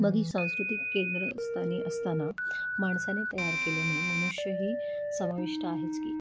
मग ही सांस्कृतिक केंद्रस्थानी असताना माणसाने तयार केलेने मनुष्यही समाविष्ट आहेच की